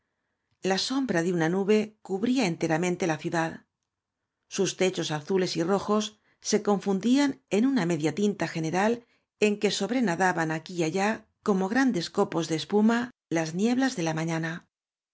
la sombra de una nube cubría en teramente la ciudad sus techos azules y rojos se confundían en una media tinta general en que sobrenadaban aquí y allá como grandes copos de espuma las qíeblas de la mañana